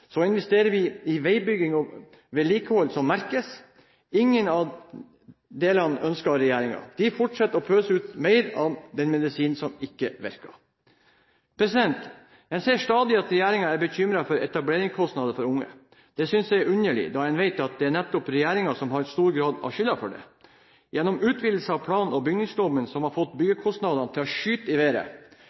så investerer vi i veibygging og vedlikehold som merkes. Ingen av delene ønsker regjeringen. De fortsetter å pøse ut mer av den medisinen som ikke virker. En ser stadig at regjeringen er bekymret for etableringskostnadene for unge. Det synes jeg er underlig når en vet at det nettopp er regjeringen som i stor grad har skylden for det gjennom utvidelse av plan- og bygningsloven som har fått byggekostnadene til å skyte i været.